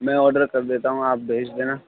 میں آرڈر کر دیتا ہوں آپ بھیج دینا